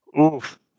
Oof